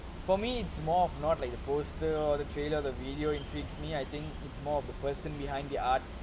for me it's more of not like the poster or the trailer the video intrigues me I think it's more of the person behind the art